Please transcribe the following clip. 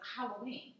Halloween